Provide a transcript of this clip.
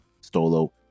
stolo